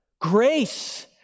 grace